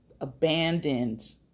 abandoned